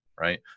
Right